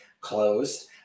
closed